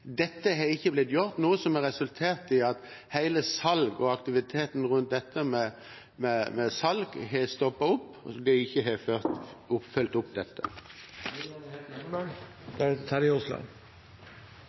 Dette har ikke blitt gjort, noe som har resultert i at hele salget og aktiviteten rundt dette med salg har stoppet opp, og en har ikke har fulgt opp